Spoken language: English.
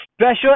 special